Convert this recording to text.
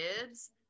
kids